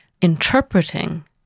interpreting